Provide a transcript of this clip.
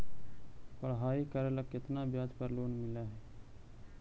पढाई करेला केतना ब्याज पर लोन मिल हइ?